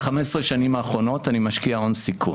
ב-15 השנים האחרונות אני משקיע הון סיכון.